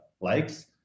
likes